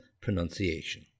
pronunciation